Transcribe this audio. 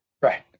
right